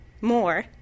more